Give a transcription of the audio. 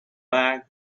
bag